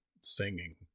singing